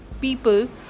people